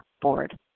board